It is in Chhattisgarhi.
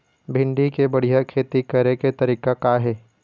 भिंडी के बढ़िया खेती करे के तरीका का हे?